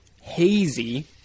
hazy